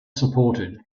supported